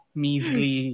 measly